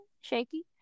shaky